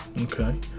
Okay